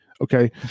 Okay